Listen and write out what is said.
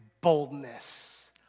boldness